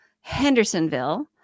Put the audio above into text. Hendersonville